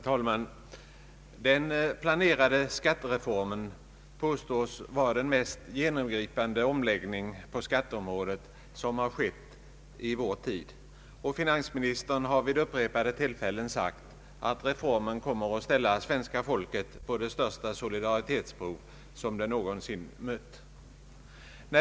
Herr talman! Den planerade skattereformen påstås bli den mest genomgripande omläggningen på skatteområdet i vår tid. Finansministern har vid upprepade tillfällen sagt att reformen kommer att ställa svenska folket på det största solidaritetsprov som det någonsin mött.